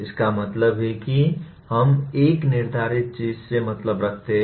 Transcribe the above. इसका मतलब है कि हम एक निर्धारित चीज़ से मतलब रखते हैं